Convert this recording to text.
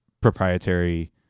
proprietary